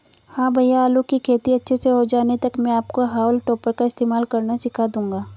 हां भैया आलू की खेती अच्छे से हो जाने तक मैं आपको हाउल टॉपर का इस्तेमाल करना सिखा दूंगा